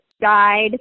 guide